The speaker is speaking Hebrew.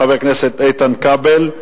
חבר הכנסת איתן כבל,